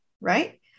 right